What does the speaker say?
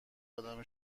آدم